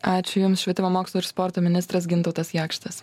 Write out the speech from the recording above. ačiū jums švietimo mokslo ir sporto ministras gintautas jakštas